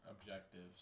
objectives